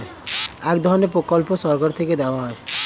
এক ধরনের প্রকল্প সরকার থেকে দেওয়া হয়